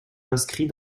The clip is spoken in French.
inscrit